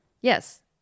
Yes